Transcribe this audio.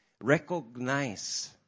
recognize